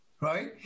Right